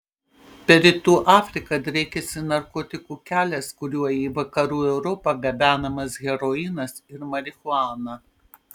per rytų afriką driekiasi narkotikų kelias kuriuo į vakarų europą gabenamas heroinas ir marihuana